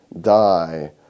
die